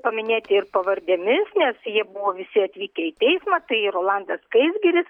paminėti ir pavardėmis nes jie buvo visi atvykę į teismą tai rolandas skaisgiris